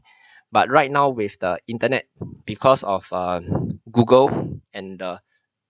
but right now with the internet because of on err Google and the